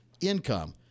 income